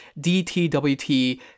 dtwt